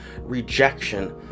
rejection